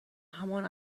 همان